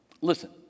listen